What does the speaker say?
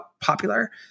popular